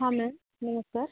ହଁ ମ୍ୟାମ୍ ନମସ୍କାର